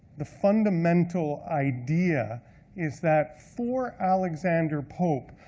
the fundamental idea is that for alexander pope,